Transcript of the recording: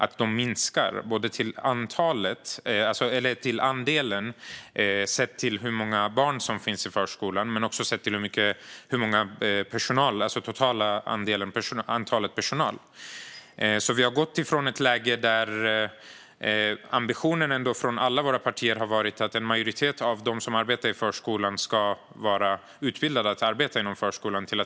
Andelen behöriga minskar sett till både antalet barn i förskolan och det totala antalet personal. Vi har gått från ett läge där ambitionen från alla våra partier har varit att en majoritet av dem som arbetar i förskolan ska vara utbildade att arbeta inom förskolan.